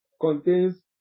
contains